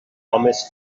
homes